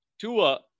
Tua